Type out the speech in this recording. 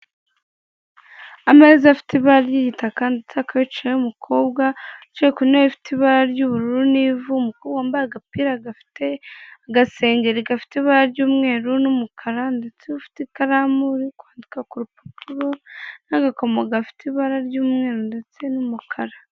Ameza afite ibara ry'igitaka ndetse hakaba hicayeho umukobwa wicaye ku ntebe ifite ibara ry'ubururu n'ivu, umukobwa wambaye agapira gafite agasengeri gafite ibara ry'umweru n'umukara, ndetse ufite ikaramu uri kwandika ku rupapuro, n'agakomo gafite ibara ry'umweru ndetse n'umukara.